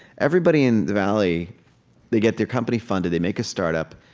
everybody in the valley they get their company funded, they make a startup,